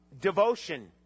devotion